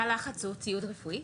תא לחץ הוא ציוד רפואי?